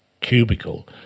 cubicle